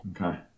Okay